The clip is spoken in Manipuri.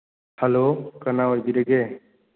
ꯍꯜꯂꯣ ꯀꯅꯥ ꯑꯣꯏꯕꯤꯔꯕꯒꯦ